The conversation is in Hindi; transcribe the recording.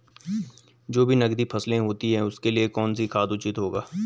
जो भी नकदी फसलें होती हैं उनके लिए कौन सा खाद उचित होगा?